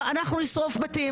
אנחנו נשרוף בתים.